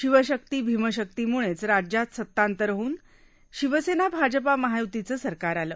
शिवशक्ती भीमशक्तीम्ळेच राज्यात सतांतर होऊन शिवसेना भाजप महाय्तीचं सरकार आलं